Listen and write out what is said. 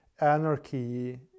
anarchy